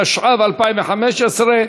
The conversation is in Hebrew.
התשע"ו 2015,